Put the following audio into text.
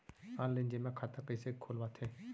Online जेमा खाता कइसे खोलवाथे?